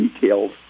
details